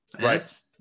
Right